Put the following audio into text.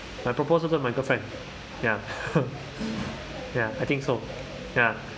my propose to my girlfriend ya ya I think so ya